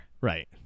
Right